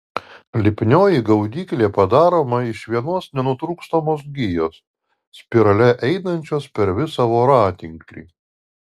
lipnioji gaudyklė padaroma iš vienos nenutrūkstamos gijos spirale einančios per visą voratinklį